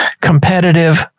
competitive